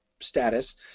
status